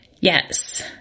Yes